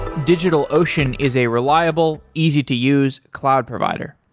digitalocean is a reliable, easy to use cloud provider.